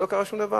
ולא קרה שום דבר,